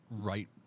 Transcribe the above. right